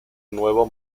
nuevo